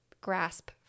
grasp